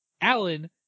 alan